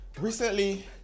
Recently